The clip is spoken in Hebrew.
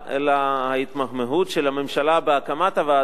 אלא שההתמהמהות של הממשלה בהקמת הוועדה